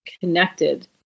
connected